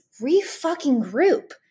re-fucking-group